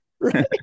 right